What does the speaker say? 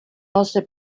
also